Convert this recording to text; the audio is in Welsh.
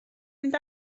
fynd